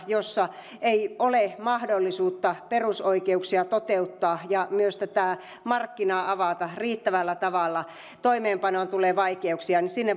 jossa ei ole mahdollisuutta perusoikeuksia toteuttaa eikä myös tätä markkinaa avata riittävällä tavalla eli toimeenpanoon tulee vaikeuksia